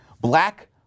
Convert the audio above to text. black